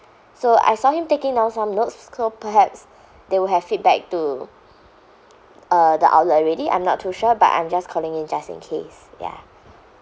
so I saw him taking down some notes so perhaps they would have feedback to uh the outlet already I'm not too sure but I'm just calling in just in case ya